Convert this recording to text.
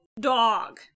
dog